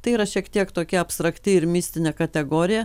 tai yra šiek tiek tokia abstrakti ir mistinė kategorija